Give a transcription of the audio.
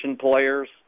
players